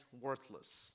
worthless